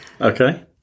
Okay